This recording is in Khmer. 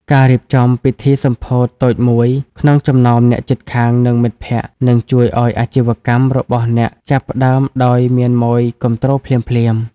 ការរៀបចំ "ពិធីសម្ពោធតូចមួយ" ក្នុងចំណោមអ្នកជិតខាង និងមិត្តភក្តិ នឹងជួយឱ្យអាជីវកម្មរបស់អ្នកចាប់ផ្ដើមដោយមានម៉ូយគាំទ្រភ្លាមៗ។